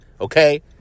Okay